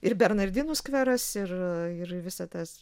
ir bernardinų skveras ir ir visa tas